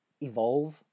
evolve